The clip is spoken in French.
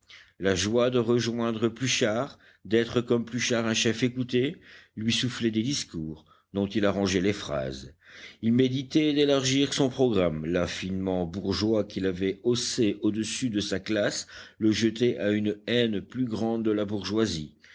la joie de rejoindre pluchart d'être comme pluchart un chef écouté lui soufflait des discours dont il arrangeait les phrases il méditait d'élargir son programme l'affinement bourgeois qui l'avait haussé au-dessus de sa classe le jetait à une haine plus grande de la bourgeoisie